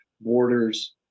borders